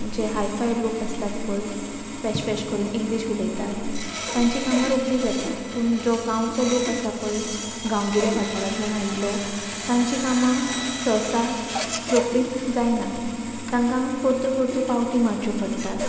म्हणजे हायफाय लोक आसतात पय फॅशफॅश करून इंग्लीश उलयतात तांची कामां रोकडी जातात पूण जो गांवचो लोक आसा पय गांवगिऱ्या वाठारांतल्यान आयिल्लो तांचीं कामां सहसा रोकडीच जायनात तांकां परत्यो परत्यो पावटी मारच्यो पडटात